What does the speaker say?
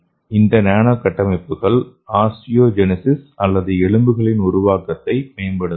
இந்த நானோ கட்டமைப்புகள் ஆஸ்டியோஜெனீசிஸ் அல்லது எலும்புகளின் உருவாக்கத்தை மேம்படுத்தலாம்